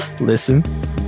Listen